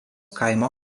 kaimo